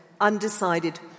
Undecided